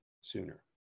sooner